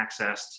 accessed